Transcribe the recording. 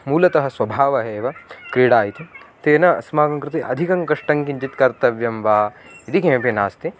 मूलतः स्वभावः एव क्रीडा इति तेन अस्माकं कृते अधिकं कष्टं किञ्चित् कर्तव्यं वा इति किमपि नास्ति